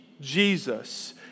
Jesus